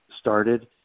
started